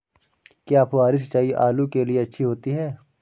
क्या फुहारी सिंचाई आलू के लिए अच्छी होती है?